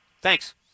Thanks